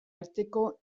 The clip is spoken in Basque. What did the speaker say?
arteko